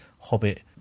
hobbit